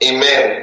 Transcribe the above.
Amen